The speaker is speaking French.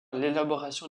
l’élaboration